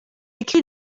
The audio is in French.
écrit